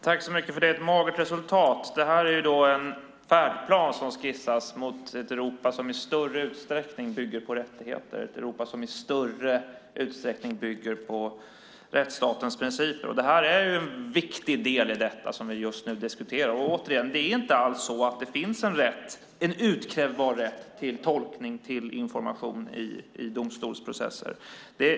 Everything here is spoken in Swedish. Fru talman! Är det ett "magert resultat"? Det här är en färdplan som skissas mot ett Europa som i större utsträckning bygger på rättigheter, ett Europa som i större utsträckning bygger på rättsstatens principer. Det är en viktig del i detta som vi just nu diskuterar. Återigen: Det är inte alls så att det finns en utkrävbar rätt till tolkning och till information i domstolsprocesser.